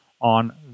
on